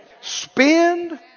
Spend